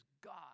God